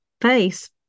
face